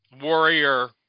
warrior